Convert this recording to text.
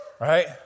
Right